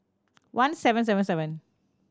one seven seven seven